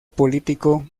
político